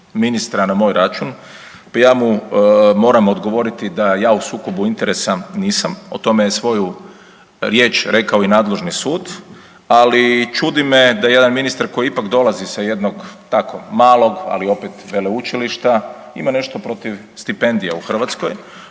ministra na moj račun, pa ja mu moram odgovoriti da ja u sukobu interesa nisam, o tome je svoju riječ rekao i nadležni sud ali čudi me da jedan ministar koji ipak dolazi sa jednog tako malog ali opet veleučilišta, ima nešto protiv stipendija u Hrvatskoj.